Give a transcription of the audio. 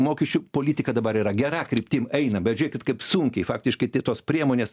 mokesčių politika dabar yra gera kryptim eina bet žiūrėkit kaip sunkiai faktiškai tai tos priemonės